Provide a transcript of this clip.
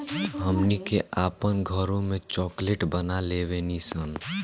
हमनी के आपन घरों में चॉकलेट बना लेवे नी सन